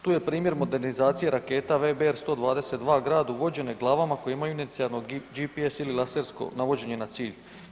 Tu je primjer modernizacija raketa VBR 122 Grad uvođene glavama koje imaju inicijalno GPS ili lasersko navođenje na cilj.